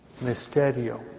Misterio